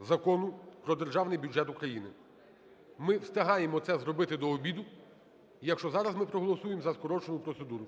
Закону про Державний бюджет України. Ми встигаємо це зробити до обіду, якщо зараз ми проголосуємо за скорочену процедуру.